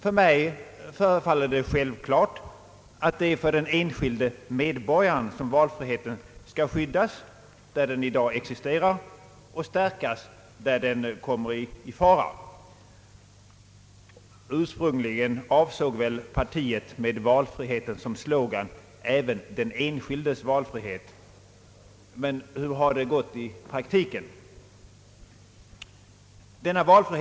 För mig förefaller det självklart, att det är för den enskilde medborgaren som valfriheten skall skyddas där den i dag existerar och stärkas där den kommer i fara. Ursprungligen avsåg väl partiet med valfrihet som slogan även den enskildes valfrihet, men hur har det gått i praktiken?